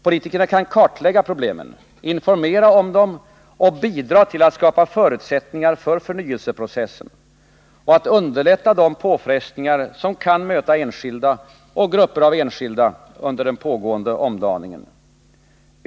Politikerna kan kartlägga problemen, informera om dem och bidra till att skapa förutsättningar för förnyelseprocessen, och de kan underlätta de påfrestningar som kan möta enskilda och grupper av enskilda under den pågående omdaningen.